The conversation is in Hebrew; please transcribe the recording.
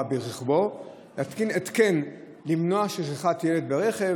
ברכבו להתקין התקן למנוע שכחת ילד ברכב.